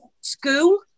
school